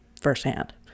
firsthand